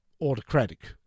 autocratic